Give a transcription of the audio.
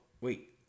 wait